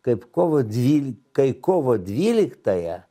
kaip kovo dvyli kai kovo dvyliktąją